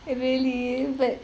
really but